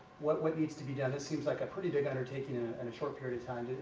what what needs to be done? it seems like a pretty big undertaking in and a short period of time.